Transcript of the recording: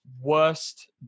worst